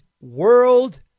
world